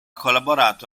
collaborato